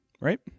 right